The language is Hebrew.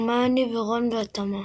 הרמיוני ורון, בהתאמה.